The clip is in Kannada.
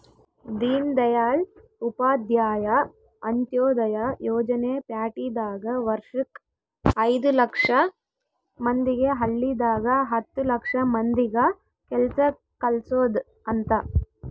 ದೀನ್ದಯಾಳ್ ಉಪಾಧ್ಯಾಯ ಅಂತ್ಯೋದಯ ಯೋಜನೆ ಪ್ಯಾಟಿದಾಗ ವರ್ಷಕ್ ಐದು ಲಕ್ಷ ಮಂದಿಗೆ ಹಳ್ಳಿದಾಗ ಹತ್ತು ಲಕ್ಷ ಮಂದಿಗ ಕೆಲ್ಸ ಕಲ್ಸೊದ್ ಅಂತ